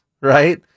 right